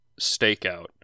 stakeout